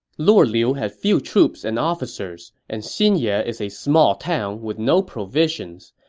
lord liu had few troops and officers, and xinye is a small town with no provisions.